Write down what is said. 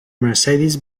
mercedes